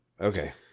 Okay